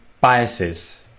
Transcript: biases